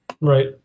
Right